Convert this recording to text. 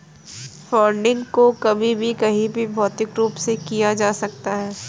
funding को कभी भी कहीं भी भौतिक रूप से किया जा सकता है